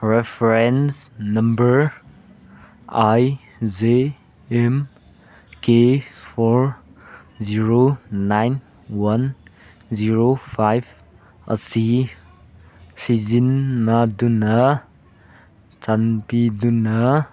reference number I J M K four zero nine one zero ꯐꯥꯏꯕ ꯑꯁꯤ ꯁꯤꯖꯤꯟꯅꯗꯨꯅ ꯆꯥꯟꯕꯤꯗꯨꯅ